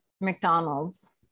McDonald's